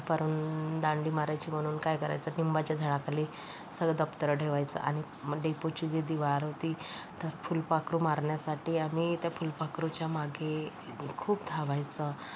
दुपारहून दांडी मारायची म्हणून काय करायचं लिंबाच्या झाडाखाली सगळी दप्तरं ठेवायचं आणि मग डेपोची जी दीवार होती तर फुलपाखरू मारण्यासाठी आम्ही त्या फुलपाखरूच्या मागे खूप धावायचं